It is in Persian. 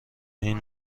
این